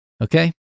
Okay